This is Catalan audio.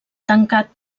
tancat